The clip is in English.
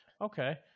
Okay